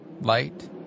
Light